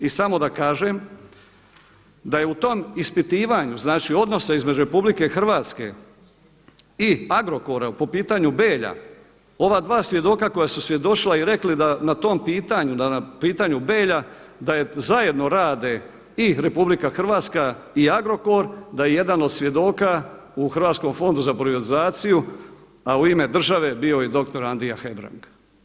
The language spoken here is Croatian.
I samo da kažem da je u tom ispitivanju odnosa između RH i Agrokora po pitanju Belja, ova dva svjedoka koja su svjedočila i rekli da na tom pitanju, da na pitanju Belja da je zajedno rade i RH i Agrokor da je jedan od svjedoka u Hrvatskom fondu za privatizaciju, a u ime države bio je i doktor Andrija Hebrang.